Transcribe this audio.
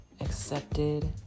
accepted